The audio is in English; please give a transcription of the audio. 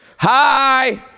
Hi